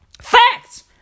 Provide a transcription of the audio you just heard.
Facts